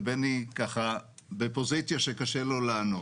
ובני עמד בפוזיציה שקשה לו לענות.